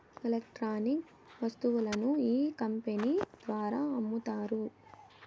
electronic వస్తువులను ఈ company ద్వారా అమ్ముతారు